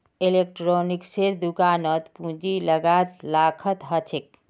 इलेक्ट्रॉनिक्सेर दुकानत पूंजीर लागत लाखत ह छेक